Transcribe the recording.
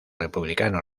republicano